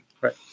Right